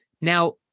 Now